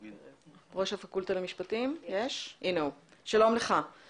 כמו שאמרת, יש לנו הרבה מה ללמוד ממה שקורה בעולם.